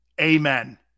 Amen